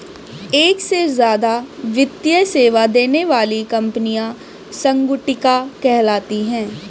एक से ज्यादा वित्तीय सेवा देने वाली कंपनियां संगुटिका कहलाती हैं